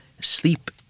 sleep